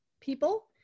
people